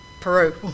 Peru